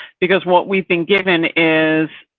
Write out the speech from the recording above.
because what we've been given is.